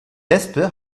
wespe